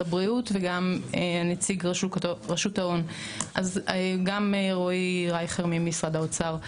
הבריאות וגם נציג רשות שוק ההון וגם רועי רייכר ממשרד האוצר.